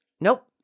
Nope